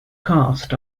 cast